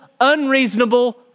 unreasonable